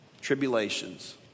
tribulations